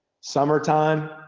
Summertime